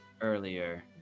earlier